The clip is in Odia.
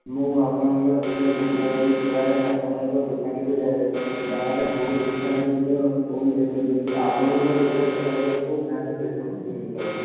ମୁଁ ଆପଣ ଙ୍କ ଦୋକାନ କୁ ପ୍ରାୟ ଆପଣ ଙ୍କ ଦୋକାନ କୁ ଯାଏ ଗାଁରେ ବହୁତ ଦୋକାନ ଗୁଡିକ ଆପଣ ଙ୍କ ଦୋକାନ ଗଲା ବେଲକୁ ନାହିଁ ସେସବୁ ଜିନିଷ